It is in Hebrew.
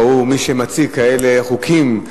ראו מי שמציג כאלה חוקים,